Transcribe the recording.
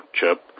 chip